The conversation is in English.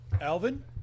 Alvin